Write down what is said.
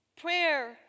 Prayer